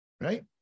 right